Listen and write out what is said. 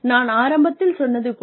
நான் ஆரம்பத்தில் சொன்னது போல